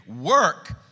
Work